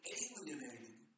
alienated